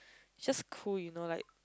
just cool you know like